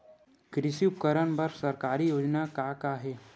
कृषि उपकरण बर सरकारी योजना का का हे?